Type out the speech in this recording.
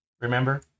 Remember